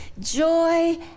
joy